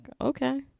okay